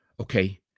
Okay